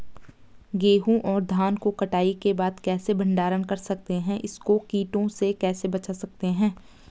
गेहूँ और धान को कटाई के बाद कैसे भंडारण कर सकते हैं इसको कीटों से कैसे बचा सकते हैं?